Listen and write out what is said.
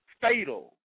fatal